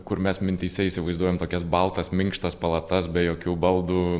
kur mes mintyse įsivaizduojam tokias baltas minkštas palatas be jokių baldų